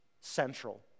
central